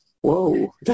Whoa